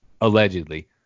Allegedly